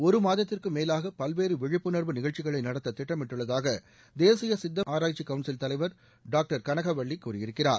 ஒரு மாதத்திற்கு மேலாக பல்வேறு விழிப்புணர்வு நிகழ்ச்சிகளை நடத்த திட்டமிட்டுள்ளதாக தேசிய சித்த ஆராய்ச்சிக் கவுள்சில் தலைவர் டாக்டர் கனகவள்ளி கூறியிருக்கிறார்